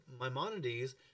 Maimonides